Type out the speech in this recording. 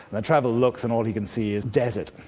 and the traveller looks and all he can see is desert.